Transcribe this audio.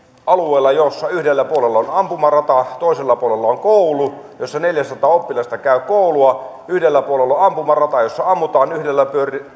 alueella jolla yhdellä puolella on ampumarata toisella puolella on koulu jossa neljäsataa oppilasta käy koulua yhdellä puolella on ampumarata jossa ammutaan yhdellä